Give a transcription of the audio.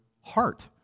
heart